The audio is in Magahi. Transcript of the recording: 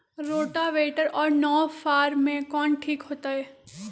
रोटावेटर और नौ फ़ार में कौन ठीक होतै?